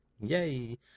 Yay